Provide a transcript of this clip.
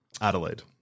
Adelaide